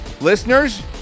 listeners